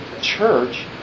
church